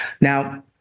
Now